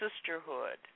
sisterhood